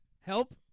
help